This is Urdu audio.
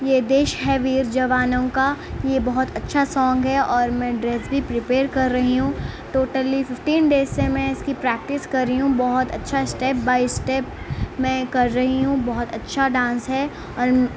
یہ دیش ہے ویر جوانوں کا یہ بہت اچھا سونگ ہے اور میں ڈریس بھی پرپیئر کر رہی ہوں ٹوٹلی ففٹین ڈیز سے میں اس کی پریکٹیس کر رہی ہوں بہت اچھا اسٹیپ بائی اسٹیپ میں کر رہی ہوں بہت اچھا ڈانس ہے اور ان